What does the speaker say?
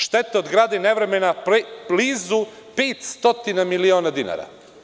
Šteta od grada i nevremena blizu 500 miliona dinara.